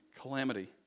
calamity